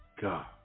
God